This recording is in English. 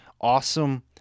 awesome